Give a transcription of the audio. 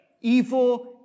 evil